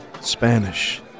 Spanish